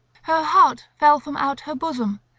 her heart fell from out her bosom,